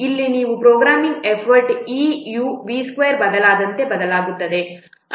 ಇಲ್ಲಿ ನೀವು programming effort E U V2 ಬದಲಾದಂತೆ ಬದಲಾಗುತ್ತದೆ